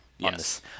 Yes